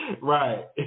right